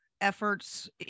efforts